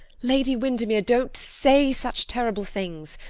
lady windermere, don't say such terrible things.